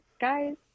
Guys